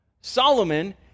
Solomon